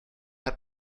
hat